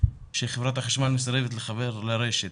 שחברת החשמל מסרבת לחבר לרשת.